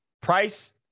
price